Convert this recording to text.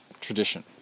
tradition